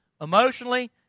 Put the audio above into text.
emotionally